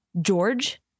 George